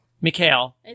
Mikhail